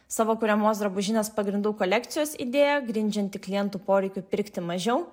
savo kuriamos drabužinės pagrindu kolekcijos idėja grindžianti klientų poreikiu pirkti mažiau